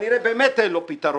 וכנראה באמת אין לו פתרון,